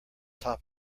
top